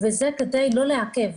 וזה כדי לא לעכב.